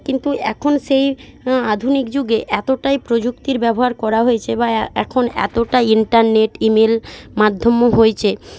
কিন্তু এখন সেই আধুনিক যুগে এতটাই প্রযুক্তির ব্যবহার করা হয়েছে বা এখন এতটাই ইন্টারনেট ইমেল মাধ্যমও হয়েছে